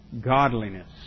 godliness